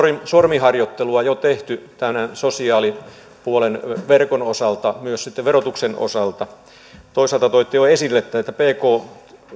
sormiharjoittelua jo tehty tämän sosiaalipuolen verkon osalta myös sitten verotuksen osalta toisaalta toitte jo esille tämän että bktn